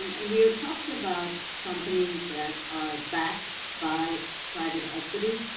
um and we are talking about companies that are backed by private equity.